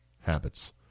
habits